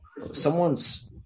Someone's